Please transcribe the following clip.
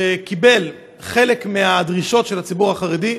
שקיבלה חלק מהדרישות של הציבור החרדי,